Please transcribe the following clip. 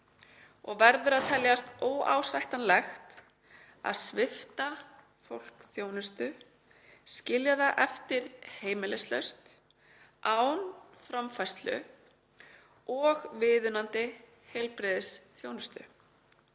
„Verður að telja óásættanlegt að svipta fólk þjónustu, skilja það eftir heimilislaust, án framfærslu og viðunandi heilbrigðisþjónustu.